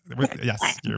Yes